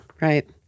Right